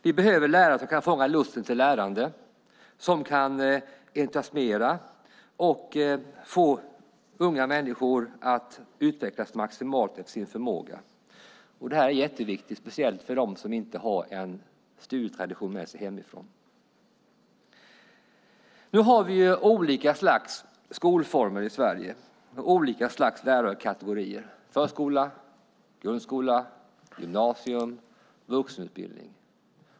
Vi behöver lärare som kan fånga lusten till lärande, som kan entusiasmera och som kan få unga människor att, efter förmåga, maximalt utvecklas. Detta är mycket viktigt, speciellt för dem som inte hemifrån har med sig en studietradition. I Sverige har vi olika slags skolformer och lärarkategorier. Vi har förskola, grundskola, gymnasium och vuxenutbildning.